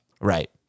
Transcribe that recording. Right